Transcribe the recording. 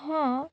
হ্যাঁ